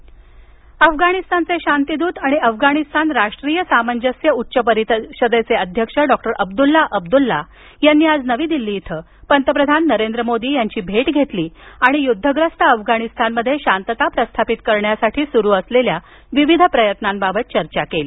अब्दुल्ला अफगाणिस्तानचे शांतीदूत आणि अफगाणीस्तान राष्ट्रीय सामंजस्य उच्च परिषदेचे अध्यक्ष डॉक्टर अब्दुल्ला अब्दुल्ला यांनी आज नवी दिल्ली इथं पंतप्रधान नरेंद्र मोदी यांची भेट घेतली आणि युद्धग्रस्त अफगाणिस्तानमध्ये शांतता प्रस्थापित करण्यासाठी सुरु असलेल्या विविध प्रयत्नांबाबत चर्चा केली